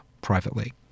privately